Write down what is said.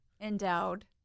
Endowed